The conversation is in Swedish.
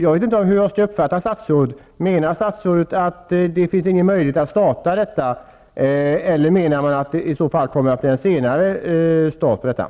Jag vet inte hur jag skall uppfatta statsrådet. Menar statsrådet att det inte finns någon möjlighet att starta projektet, eller kommer det att startas senare?